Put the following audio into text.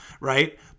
right